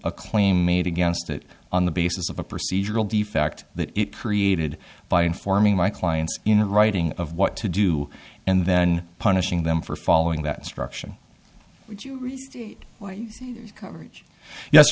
a claim made against it on the basis of a procedural defect that it created by informing my clients in writing of what to do and then punishing them for following that struction coverage y